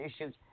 issues